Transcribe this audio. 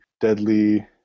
deadly